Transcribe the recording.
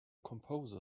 composer